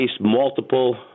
multiple